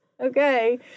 Okay